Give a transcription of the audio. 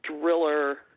driller